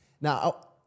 now